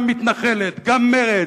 גם מתנחלת, גם מרצ,